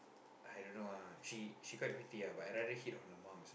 I don't know ah she she quite pretty ah but I rather hit on her mum